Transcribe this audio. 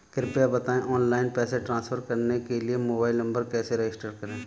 कृपया बताएं ऑनलाइन पैसे ट्रांसफर करने के लिए मोबाइल नंबर कैसे रजिस्टर करें?